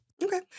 Okay